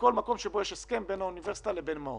בכל מקום שבו יש הסכם בין האוניברסיטה לבין מעון.